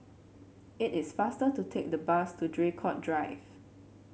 it is faster to take the bus to Draycott Drive